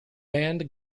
band